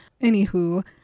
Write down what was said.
Anywho